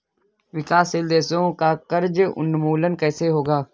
विकासशील देशों का कर्ज उन्मूलन कैसे होगा?